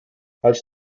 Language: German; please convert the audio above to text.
als